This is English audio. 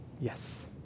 yes